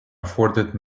afforded